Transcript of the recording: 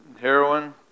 heroin